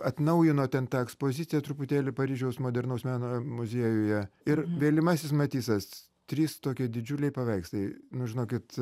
atnaujino ten tą ekspoziciją truputėlį paryžiaus modernaus meno muziejuje ir vėlyvasis matisas trys tokie didžiuliai paveikslai nu žinokit